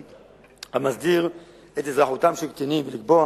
המסדיר את אזרחותם של קטינים, ולקבוע